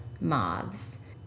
moths